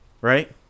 right